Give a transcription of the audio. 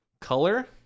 color